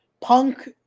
Punk